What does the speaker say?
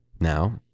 now